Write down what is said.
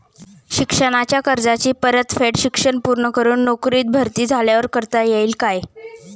शिक्षणाच्या कर्जाची परतफेड शिक्षण पूर्ण करून नोकरीत भरती झाल्यावर करता येईल काय?